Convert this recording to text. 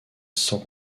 sans